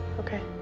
okay.